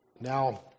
Now